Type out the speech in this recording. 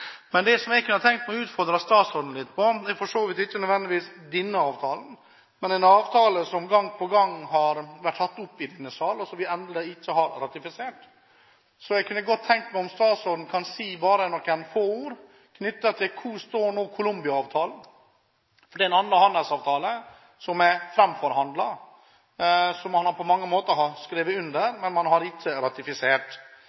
Men jeg kunne ha tenkt meg å utfordre statsråden, ikke nødvendigvis på denne avtalen, men på en avtale som gang på gang har vært tatt opp i denne sal, og som vi enda ikke har ratifisert. Så jeg kunne godt tenke meg at statsråden sier noen få ord om hvor Colombia-avtalen står. Det er en annen handelsavtale som er framforhandlet, som man har skrevet under, men som man ikke har